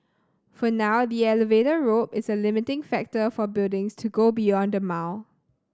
for now the elevator rope is a limiting factor for buildings to go beyond a mile